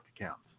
accounts